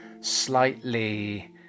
slightly